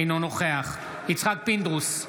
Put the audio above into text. אינו נוכח יצחק פינדרוס,